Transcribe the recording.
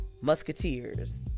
musketeers